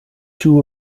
two